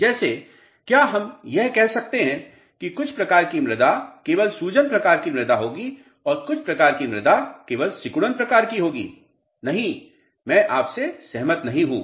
जैसे क्या हम यह कह सकते हैं कि कुछ प्रकार की मृदा केवल सूजन प्रकार की मृदा होगी है और कुछ प्रकार की मृदा केवल सिकुड़न प्रकार की होगी I नहीं मैं आपसे सहमत हूं